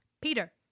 Peter